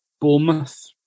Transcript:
Bournemouth